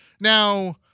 Now